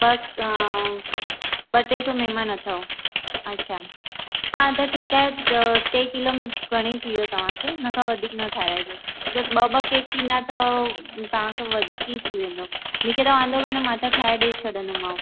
but ॿ टे सौ महिमान अथव अच्छा हा त ठीकु आहे टे किलो घणेई थी वियो तव्हांखे न त वधीक न ठाराएजो त ॿ ॿ केक थींदा त तव्हांखे वधीक ई थी वेंदो मूंखे त वांधो कान्हे मां त ठाहे ॾेई छॾंदमांव